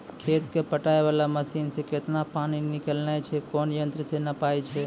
खेत कऽ पटाय वाला मसीन से केतना पानी निकलैय छै कोन यंत्र से नपाय छै